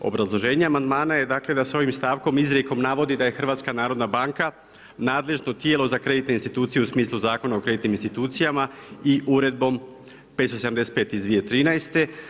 Obrazloženje amandmana je dakle, da se ovim stavkom, izrijekom navodi, da je HNB nadležno tijelo za kreditne institucije u smislu Zakona o kreditnim institucijama i Uredbom 575 iz 2013.